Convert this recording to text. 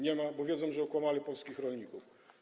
Nie ma, bo wiedzą, że okłamali polskich rolników.